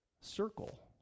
circle